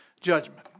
judgment